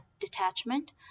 detachment